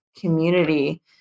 community